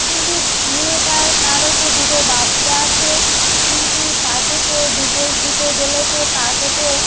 কিন্তু মেয়ে টার তারও তো দুটো বাচ্চা আছে কিন্তু তাকে তো ডিভোর্স দিতে গেলে তো তাকে তো